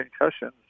concussions